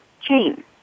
chain